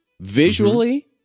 Visually